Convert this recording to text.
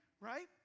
right